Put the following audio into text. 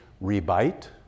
re-bite